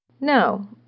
No